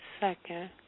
second